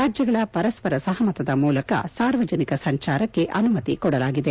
ರಾಜ್ಞಗಳ ಪರಸ್ವರ ಸಹಮತದ ಮೂಲಕ ಸಾರ್ವಜನಿಕ ಸಂಚಾರಕ್ಷೆ ಅನುಮತಿ ಕೊಡಲಾಗಿದೆ